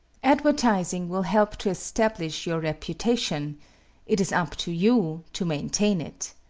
advertising will help to establish your reputation it is up to you to maintain it.